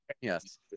Yes